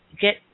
Get